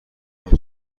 اون